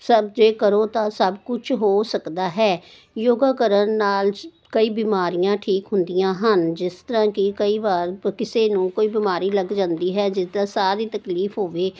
ਸਭ ਜੇ ਕਰੋ ਤਾਂ ਸਭ ਕੁਛ ਹੋ ਸਕਦਾ ਹੈ ਯੋਗਾ ਕਰਨ ਨਾਲ ਛ ਕਈ ਬਿਮਾਰੀਆਂ ਠੀਕ ਹੁੰਦੀਆਂ ਹਨ ਜਿਸ ਤਰ੍ਹਾਂ ਕਿ ਕਈ ਵਾਰ ਕਿਸੇ ਨੂੰ ਕੋਈ ਬਿਮਾਰੀ ਲੱਗ ਜਾਂਦੀ ਹੈ ਜਿਸਦਾ ਸਾਹ ਦੀ ਤਕਲੀਫ਼ ਹੋਵੇ